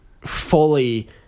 fully